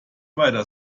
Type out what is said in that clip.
weiter